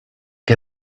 que